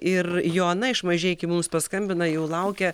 ir joana iš mažeikių mums paskambino jau laukia